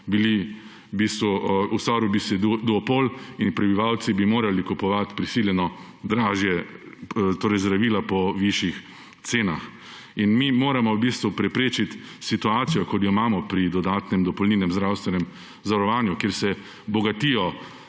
bi se v bistvu ustvaril duopol in prebivalci bi morali kupovati prisiljeno dražja zdravila po višjih cenah. Mi moramo v bistvu preprečiti situacijo, kot jo imamo pri dodatnem dopolnilnem zdravstvenem zavarovanju, kjer se bogatijo